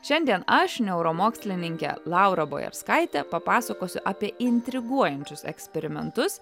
šiandien aš neuromokslininkė laura bojarskaitė papasakosiu apie intriguojančius eksperimentus